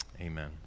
Amen